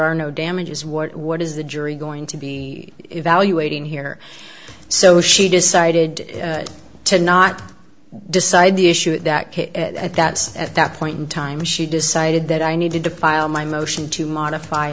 are no damages what what is the jury going to be evaluating here so she decided to not decide the issue that at that at that point in time she decided that i needed to file my motion to modify